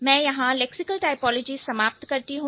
मैं यहां lexical typology समाप्त करती हूं